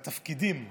בתפקידים.